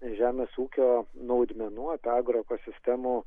žemės ūkio naudmenų apie agro ekosistemų